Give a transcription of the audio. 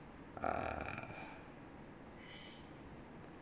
uh